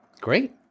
Great